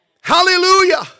Hallelujah